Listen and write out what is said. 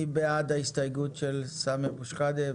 מי בעד ההסתייגות של חבר הכנסת סמי אבו שחאדה?